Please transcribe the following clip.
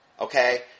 Okay